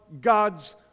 God's